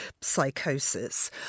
psychosis